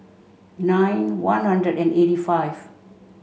nine one hundred and eighty five